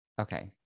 Okay